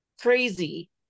crazy